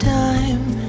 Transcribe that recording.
time